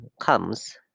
comes